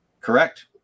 Correct